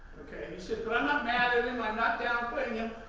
so but i'm not mad at him, i'm not down putting him,